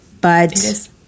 but-